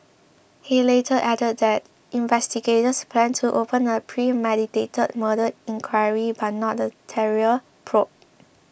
he later added that investigators planned to open a premeditated murder inquiry but not a terror probe